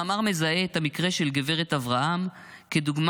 המאמר מזהה את המקרה של גברת אברהם כדוגמה